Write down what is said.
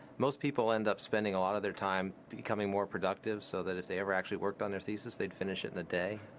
most people end up spending a lot of their time becoming more productive so that they ever actually worked on their thesis they'd finish it in a day.